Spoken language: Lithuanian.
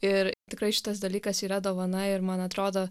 ir tikrai šitas dalykas yra dovana ir man atrodo